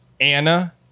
Anna